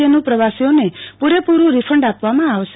જેનું પ્રવાસીઓને પુરેપુરું રોફંડ આપવામાં આવશે